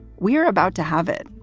we are about to have it.